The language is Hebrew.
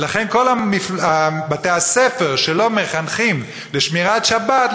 כל בתי-הספר שלא מחנכים לשמירת שבת,